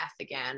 again